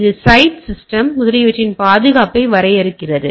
இது site system முதலியவற்றின் பாதுகாப்பை வரையறுக்கிறது